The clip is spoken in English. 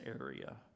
area